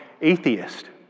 atheist